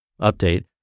Update